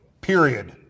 Period